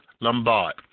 Lombard